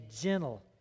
gentle